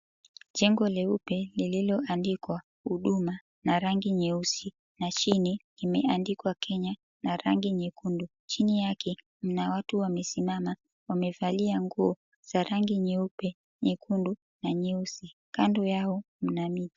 Jengo leupe lililoandikwa Huduma na rangi nyeusi na chini imeandikwa, Kenya na rangi nyekundu, chini yake mna watu wamesimama wamevalia nguo za rangi nyeupe, nyekundu na nyeusi. Kando yao mna miti.